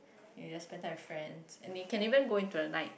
you just spend time with friends and they can even go into the night